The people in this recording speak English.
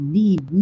need